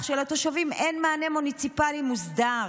שלתושבים אין מענה מוניציפלי מוסדר,